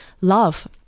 love